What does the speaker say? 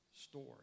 story